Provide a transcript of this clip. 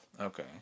Okay